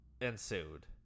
ensued